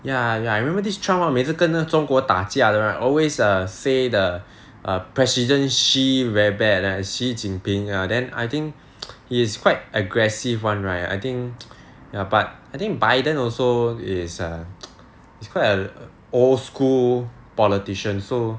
ya ya I remember this trump hor 每次跟那个中国打架的 right always err say the president xi very bad leh 习近平 ah then I think he's quite aggressive [one] right I think ya but I think biden also is a he's quite a old school politician so